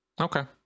Okay